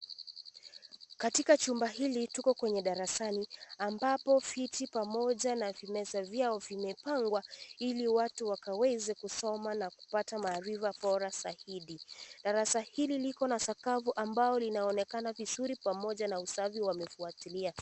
Katika chumba hili tuko kwenye darasani ambapo viti pamoja na vimeza vyao vimepangwa ili watu waweze kusoma na kupata maarifa Bora zaidi. Darasa hili liko na sakafu ambao inaonekana vizuri pamoja na usafi wamefuatilia.